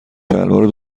شلوار